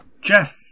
jeff